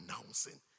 announcing